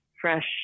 fresh